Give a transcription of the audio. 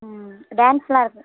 ம் டான்ஸ்லாம் இருக்கும்